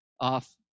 off